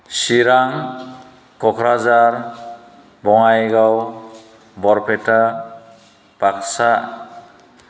Chirang Kokrajhar Bongaigaon Barpeta Baksa